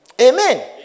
Amen